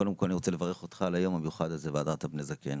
קודם כול אני רוצה לברך אותך על היום המיוחד הזה "והדרת פני זקן".